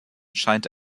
scheint